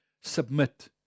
submit